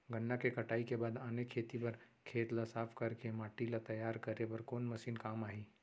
गन्ना के कटाई के बाद आने खेती बर खेत ला साफ कर के माटी ला तैयार करे बर कोन मशीन काम आही?